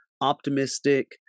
optimistic